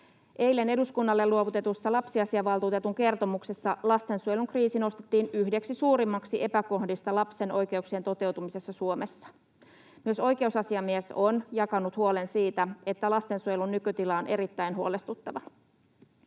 Eilen eduskunnalle luovutetussa lapsiasiavaltuutetun kertomuksessa lastensuojelun kriisi nostettiin yhdeksi suurimmista epäkohdista lapsen oikeuksien toteutumisessa Suomessa. Myös oikeusasiamies on jakanut huolen siitä, että lastensuojelun nykytila on erittäin huolestuttava.